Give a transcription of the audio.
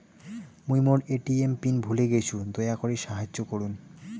মুই মোর ATM PIN ভুলে গেইসু, দয়া করি সাহাইয্য করুন